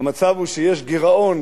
המצב הוא שיש גירעון,